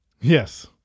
Yes